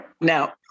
Now